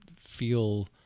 feel